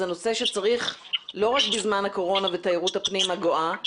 זה נושא שצריך לא רק בזמן הקורונה ותיירות הפנים הגואה,